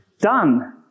done